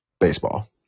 baseball